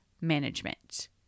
management